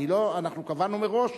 אנחנו קבענו מראש.